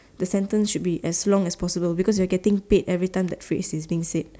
the sentence should be as long as possible because you are getting paid every time that phrase is being said